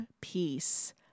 peace